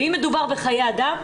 ואם מדובר בחיי אדם,